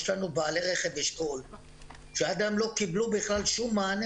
יש לנו בעלי- -- שעד היום לא קיבלו מענה,